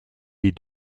des